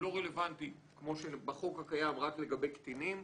רלוונטי כמוש בחוק הקיים רק לגבי קטינים,